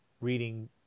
reading